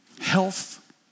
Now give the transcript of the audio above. health